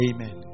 Amen